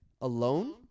alone